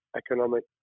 economic